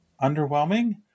underwhelming